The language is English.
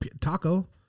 taco